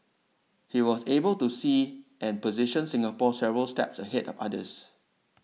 he was able to see and position Singapore several steps ahead of others